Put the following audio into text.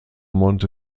monte